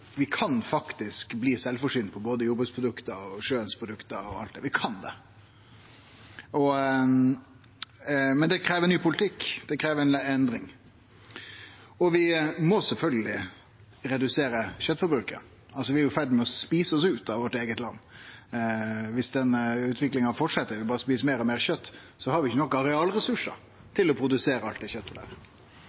våre kan vi faktisk bli sjølvforsynte med både jordbruksprodukt og produkt frå sjøen. Vi kan det. Men det krev ein ny politikk, det krev ei endring. Vi må sjølvsagt redusere kjøtforbruket. Vi er jo i ferd med å ete oss ut av vårt eige land. Viss denne utviklinga fortset, og vi berre et meir og meir kjøt, har vi ikkje nok arealressursar til å produsere